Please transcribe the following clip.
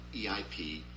EIP